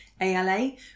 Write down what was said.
ALA